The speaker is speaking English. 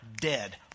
dead